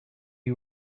are